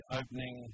opening